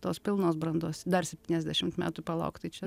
tos pilnos brandos dar septyniasdešimt metų palaukt tai čia